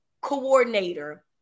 coordinator